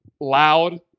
loud